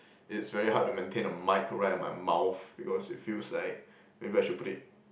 it's very hard to maintain a mic right at my mouth because it feels like maybe I should put it